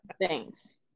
Thanks